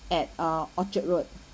at uh orchard road